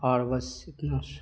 اور بس اتنا